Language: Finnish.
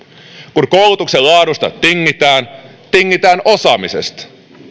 kun koulutuksen laadusta tingitään tingitään osaamisesta